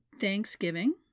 Thanksgiving